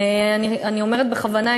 אני אומרת בכוונה,